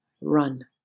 run